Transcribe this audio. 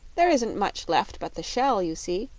there isn't much left but the shell, you see,